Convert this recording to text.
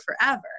forever